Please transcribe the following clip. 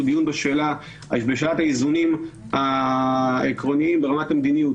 הוא דיון בשאלת האיזונים העקרוניים ברמת המדיניות: